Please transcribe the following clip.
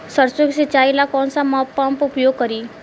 सरसो के सिंचाई ला कौन सा पंप उपयोग करी?